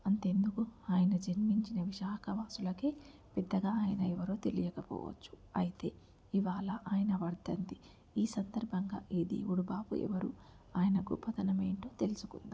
అంతెందుకు ఆయన జన్మించిన విశాఖవసులకే పేదగా ఆయన ఎవరో తెలియకపోవచ్చు అయితే ఇవాళ ఆయన వర్ధంతి ఈ సందర్భంగా ఈ దేవుడు బాబు ఎవరు ఆయనగొప్పతనం ఏంటో తెలుసుకుందాం